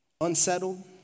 unsettled